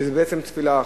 שזו בעצם תפילה אחת,